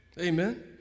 Amen